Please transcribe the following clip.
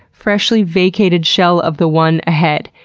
freshly vacated shell of the one ahead.